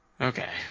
Okay